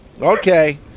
Okay